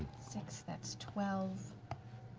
six, that's twelve.